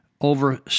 over